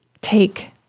take